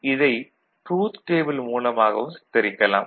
இதை truth table மூலமாகவும் சித்தரிக்கலாம்